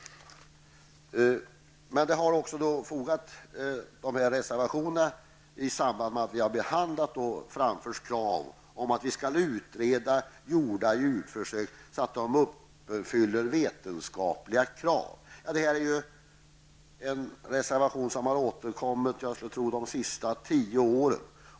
Det har till betänkandet fogats en reservation, där det framförs krav på att vi skall utreda gjorda djurförsök för att se att de uppfyller vetenskapliga krav. Den reservationen har varit ständigt återkommande under de senaste tio åren.